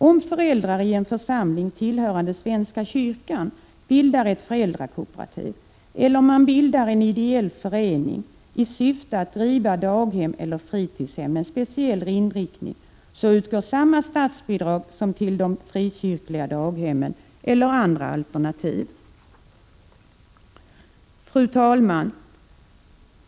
Om föräldrar i en församling tillhörande svenska kyrkan bildar ett föräldrakooperativ eller om man bildar en ideell förening i syfte att driva daghem eller fritidshem med speciell inriktning, utgår samma statsbidrag som till de frikyrkliga daghemmen och andra alternativ. Fru talman!